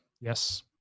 Yes